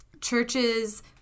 churches